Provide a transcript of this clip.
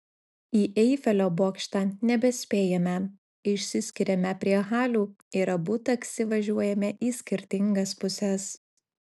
į eifelio bokštą nebespėjame išsiskiriame prie halių ir abu taksi važiuojame į skirtingas puses